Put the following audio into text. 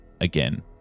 again